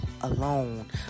alone